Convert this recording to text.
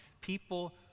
People